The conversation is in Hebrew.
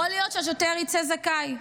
יכול להיות שהשוטר יצא זכאי,